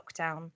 lockdown